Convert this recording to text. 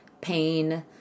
pain